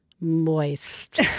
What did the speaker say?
moist